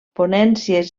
ponències